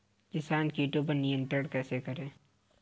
किसान कीटो पर नियंत्रण कैसे करें?